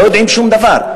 הם לא יודעים שום דבר.